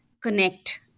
connect